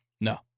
No